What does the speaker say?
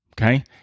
Okay